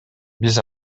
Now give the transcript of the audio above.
биз